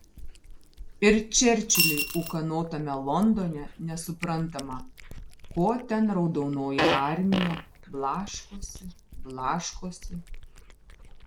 ir čerčiliui ūkanotame londone nesuprantama ko ten raudonoji armija blaškosi blaškosi